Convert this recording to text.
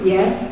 Yes